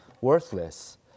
worthless